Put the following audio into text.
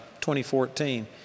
2014